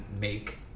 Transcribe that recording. make